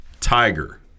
Tiger